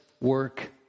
work